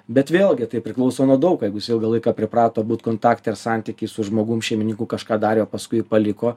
bet vėlgi tai priklauso nuo daug ko jeigu jis ilgą laiką priprato būt kontakte ir santyky su žmogum šeimininku kažką darė o paskui paliko